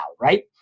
Right